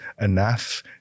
enough